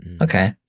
Okay